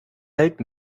welt